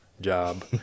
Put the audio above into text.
job